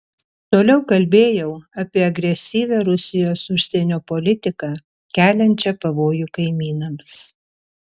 toliau kalbėjau apie agresyvią rusijos užsienio politiką keliančią pavojų kaimynams